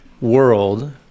world